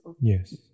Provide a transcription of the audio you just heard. Yes